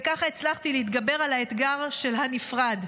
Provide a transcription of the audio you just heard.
וככה הצלחתי להתגבר על האתגר של הנפרד.